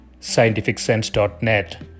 scientificsense.net